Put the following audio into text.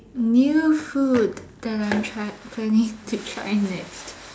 new food that I'm try planning to try next